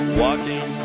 walking